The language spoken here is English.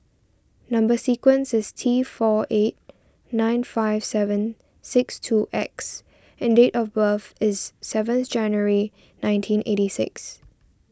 Number Sequence is T four eight nine five seven six two X and date of birth is seventh January nineteen eighty six